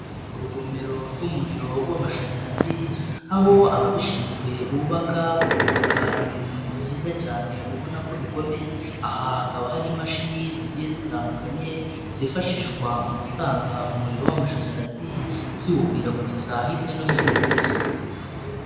Urugomero rw'umuriro w'amashanyarazi, aho ababishinzwe bubaka, bakubaka ibintu byiza cyane ubona ko bikomeye, aha hakaba hari imashini zigiye zitandukanye, zifashishwa mu gutanga umuriro w'amashanyarazi, ziwukwirakwiza hirya no hino ku isi.